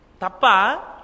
Tapa